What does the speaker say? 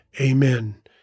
Amen